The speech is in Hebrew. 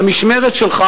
במשמרת שלך,